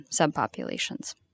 subpopulations